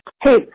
hey